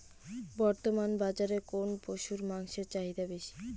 বর্তমান বাজারে কোন পশুর মাংসের চাহিদা বেশি?